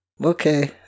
Okay